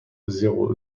zéro